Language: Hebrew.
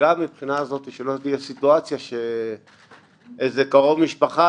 וגם מבחינה זו שלא תהיה סיטואציה שאיזה קרוב משפחה